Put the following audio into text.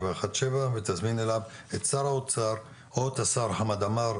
717 ותזמין אליו את שר האוצר או את השר חמד עמאר,